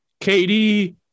KD